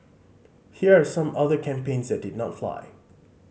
here are some other campaigns that did not fly